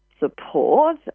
Support